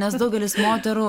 nes daugelis moterų